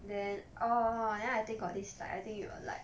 then oh yeah I think got this like I think you will like